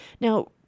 Now